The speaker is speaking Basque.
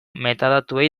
metadatuei